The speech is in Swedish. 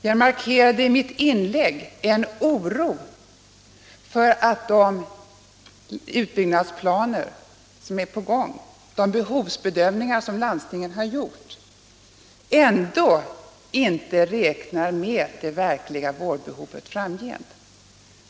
Jag uttalade min oro för att man i de utbyggnadsplaner som är på gång och de behovsbedömningar som landstingen har gjort inte räknar med det verkliga vårdbehovet i framtiden.